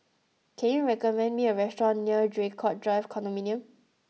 can you recommend me a restaurant near Draycott Drive Condominium